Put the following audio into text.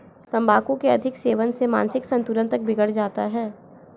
तंबाकू के अधिक सेवन से मानसिक संतुलन तक बिगड़ जाता है